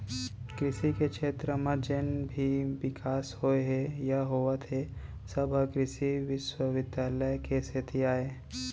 कृसि के छेत्र म जेन भी बिकास होए हे या होवत हे सब ह कृसि बिस्वबिद्यालय के सेती अय